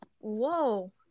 Whoa